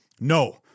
No